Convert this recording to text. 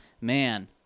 Man